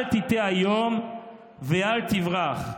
אל תטעה היום ואל תברח.